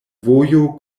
vojo